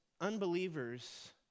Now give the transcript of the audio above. unbelievers